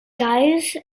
gaius